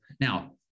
Now